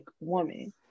woman